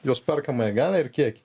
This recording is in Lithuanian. jos perkamąją galią ir kiekį